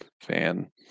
fan